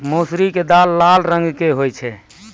मौसरी के दाल लाल रंग के होय छै